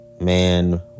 Man